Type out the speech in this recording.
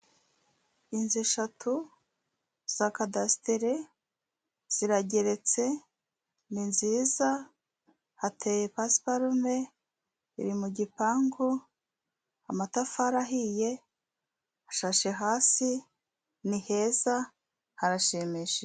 Inzu eshatu za kadasitire zirageretse ni nziza, hateye pasiparume iri mu gipangu, amatafari ahiye ashashe hasi, ni heza harashimishije.